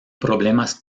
problemas